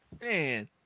Man